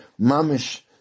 mamish